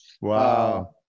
Wow